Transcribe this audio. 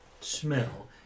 smell